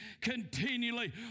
continually